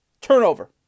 turnover